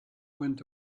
went